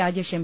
Rajesh M